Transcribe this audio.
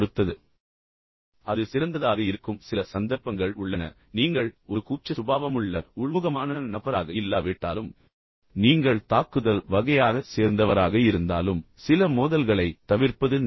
ஏனென்றால் அது சிறந்ததாக இருக்கும் சில சந்தர்ப்பங்கள் உள்ளன நீங்கள் ஒரு கூச்ச சுபாவமுள்ள மற்றும் உள்முகமான நபராக இல்லாவிட்டாலும் நீங்கள் தாக்குதல் வகையாக சேர்ந்தவராக இருந்தாலும் சில மோதல்களைத் தவிர்ப்பது நல்லது